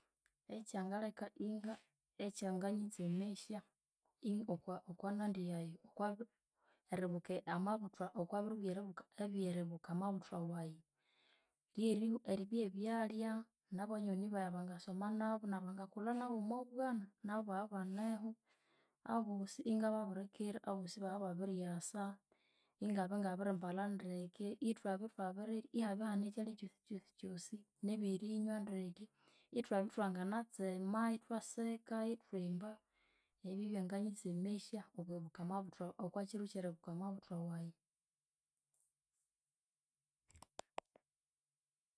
Ekyangaleka inga ekyanganyitsemesya eribuka amabuthwa okwabiru byeribuka ebyeribuka amabuthwa wayi ryeri byebyalya nabanyoni bayi bangasomanabu nabangakulha nabu omwabwana nabu babya banehu abosi ingababirikira ibabiryasa. Ingabya ingabiri mbalha ndeke ithwabya thwabirirya ihabya ihane ekyalya kyosikyosi. Ithwabya ithwanginatsema, ithwaseka, ithwimba, ebyu byebyanginanyitsemesya omwibuka amabuthwa okwakyiru kyeribuka amabuthwa wayi.